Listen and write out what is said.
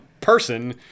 person